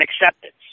acceptance